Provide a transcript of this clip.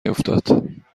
نیفتاد